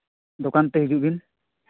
ᱫᱚᱠᱟᱱ ᱛᱮ ᱦᱤᱡᱩᱜ ᱵᱤᱱ